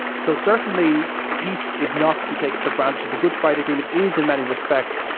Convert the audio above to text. and so certainly, peace is not to be taken for granted. the good friday agreement is, in many respects,